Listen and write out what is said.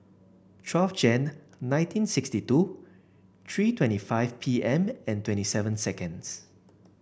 twelve Jan nineteen sixty two three twenty five P M and twenty seven seconds